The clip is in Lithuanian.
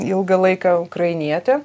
ilgą laiką ukrainietė